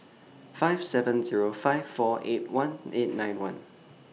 five seven Zero five four eight one eight nine one